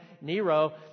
Nero